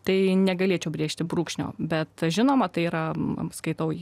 tai negalėčiau brėžti brūkšnio bet žinoma tai yra skaitau